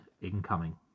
Incoming